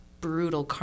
brutal